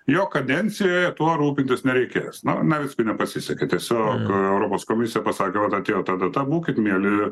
jo kadencijoje tuo rūpintis nereikės na navickui nepasisekė tiesiog europos komisija pasakė va atėjo ta data būkit mieli